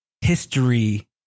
history